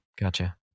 gotcha